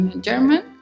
German